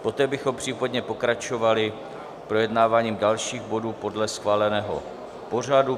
Poté bychom případně pokračovali projednáváním dalších bodů podle schváleného pořadu.